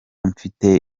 mfite